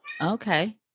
Okay